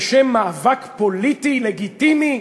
בשם מאבק פוליטי לגיטימי